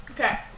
Okay